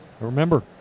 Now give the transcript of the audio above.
Remember